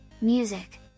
music